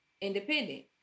independent